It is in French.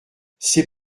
c’est